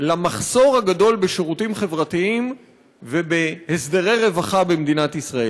למחסור הגדול בשירותים חברתיים ובהסדרי רווחה במדינת ישראל.